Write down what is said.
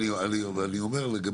מאז